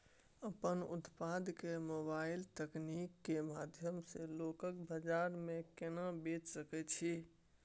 अपन उत्पाद के मोबाइल तकनीक के माध्यम से लोकल बाजार में केना बेच सकै छी?